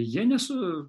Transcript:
jie ne su